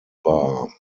bar